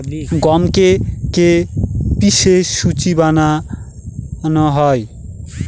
গমকে কে পিষে সুজি বানানো হয়